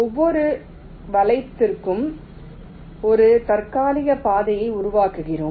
ஒவ்வொரு வலைக்கும் ஒரு தற்காலிக பாதையை உருவாக்குகிறோம்